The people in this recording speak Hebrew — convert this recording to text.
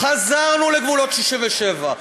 חזרנו לגבולות 67',